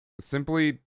simply